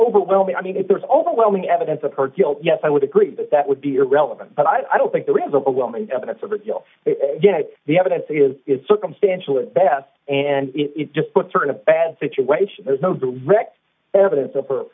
overwhelming i mean if there is overwhelming evidence of her guilt yes i would agree but that would be irrelevant but i don't think the river will meet evidence of a deal the evidence is circumstantial at best and it just puts her in a bad situation there's no direct evidence of her